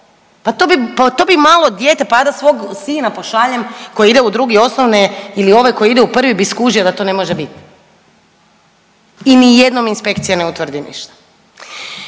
pa to bi malo dijete, pa ja da svog sina pošaljem koji ide u 2 osnovne ili ovaj koji ide u 1 bi skužio da to ne može biti i nijednom inspekcija ne utvrdi ništa.